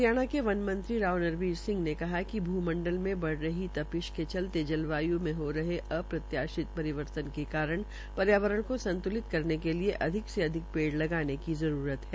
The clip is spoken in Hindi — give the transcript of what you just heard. हरियाणा के वन मंत्री राव नरवीर सिंह ने कहा है कि भूमंडल में बढ़ रही के चलते जलवायु में हो रहे अप्रत्याशित परिवर्तन के करण तपिश पर्यावण को सुरक्षित करने के लिये अधिक से अधिक पेड़ लगाने की जरूरत है